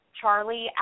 Charlie